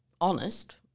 honest